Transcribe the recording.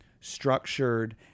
structured